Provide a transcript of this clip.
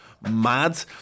mad